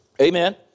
Amen